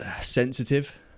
sensitive